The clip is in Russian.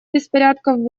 беспорядков